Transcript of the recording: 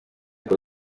utwo